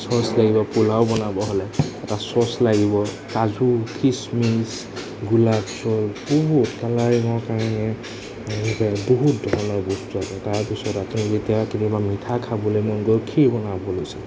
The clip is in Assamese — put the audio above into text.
চচ লাগিব পোলাও বনাব হ'লে এটা চচ লাগিব কাজু কিচমিচ গোলাপ জল বহুত কালাৰিঙৰ কাৰণে বহুত ধৰণৰ বস্তু আছে তাৰপিছত আপুনি যেতিয়া কেতিয়াবা মিঠা খাবলৈ মন গৈ খীৰ বনাব লৈছে